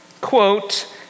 quote